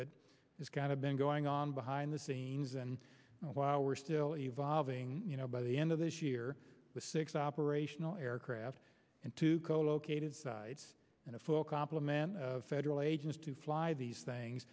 that is kind of been going on behind the scenes and while we're still evolving you know by the end of this year with six operational aircraft and two colocated sites and a full compliment of federal agents to fly these things